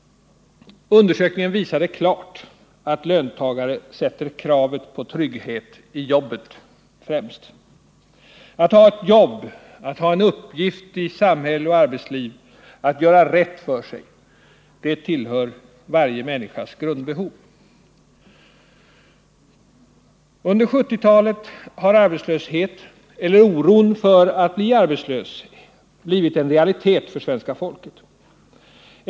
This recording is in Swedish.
Undersökningen visade klart att löntagare sätter kravet på trygghet i jobbet främst. Att ha ett jobb, att ha en uppgift i samhälle och arbetsliv, att göra rätt för sig — det tillhör varje människas grundbehov. Under 1970-talet har arbetslöshet — eller oron för att bli arbetslös — blivit en realitet för svenska folket.